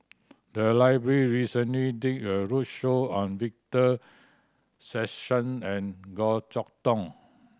the library recently did a roadshow on Victor Sassoon and Goh Chok Tong